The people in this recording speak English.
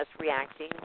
reacting